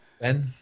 Ben